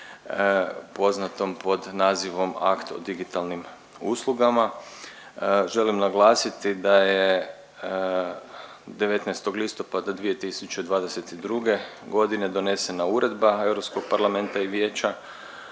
poznatom pod nazivom Akt o digitalnim uslugama želim naglasiti da je 19. listopada 2022. godine donesena Uredba Europskog parlamenta i vijeća